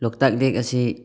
ꯂꯣꯛꯇꯥꯛ ꯂꯦꯛ ꯑꯁꯤ